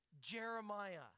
Jeremiah